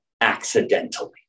accidentally